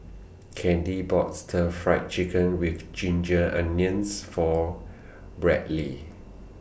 Candy bought Stir Fried Chicken with Ginger Onions For Bradley